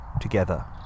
together